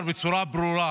הוא אמר בצורה ברורה